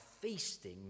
feasting